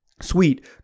Sweet